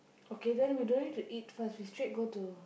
okay then we don't need to eat first we straight go to